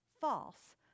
False